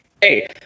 hey